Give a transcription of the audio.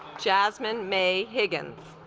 jasmine may higgins